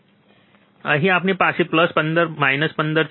અહીં આપણી પાસે પ્લસ 15 માઇનસ 15 છે